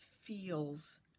feels